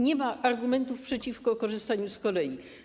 Nie ma argumentów przeciwko korzystaniu z kolei.